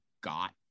got